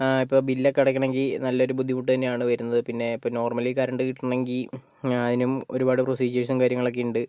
ഇപ്പോൾ ബില്ലൊക്കെ അടക്കണമെങ്കിൽ നല്ലൊരു ബുദ്ധിമുട്ടു തന്നെയാണു വരുന്നത് പിന്നെ ഇപ്പോൾ നോർമലി കറണ്ട് കിട്ടണമെങ്കിൽ അതിനും ഒരുപാട് പ്രൊസീജിയേർസും കാര്യങ്ങളൊക്കെ ഉണ്ട്